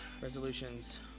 resolutions